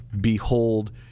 Behold